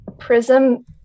Prism